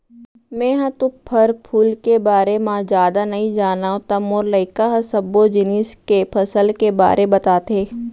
मेंहा तो फर फूल के बारे म जादा नइ जानव त मोर लइका ह सब्बो जिनिस के फसल के बारे बताथे